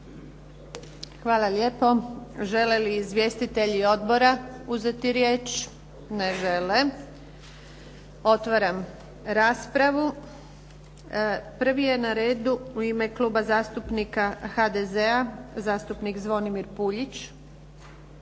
Hvala lijepo. Žele li izvjestitelji odbora uzeti riječ? Ne žele. Otvaram raspravu. Prvi je na redu u ime kluba zastupnika HDZ-a, zastupnik Zvonimir Puljić.